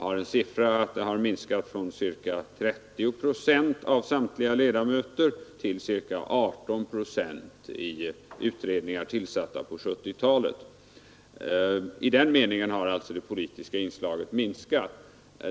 Jag har siffror på att den har sjunkit från ca 30 procent av samtliga ledamöter till ca 18 procent i utredningar tillsatta på 1970-talet. I den meningen har alltså det politiska inslaget minskat.